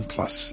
Plus